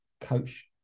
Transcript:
coach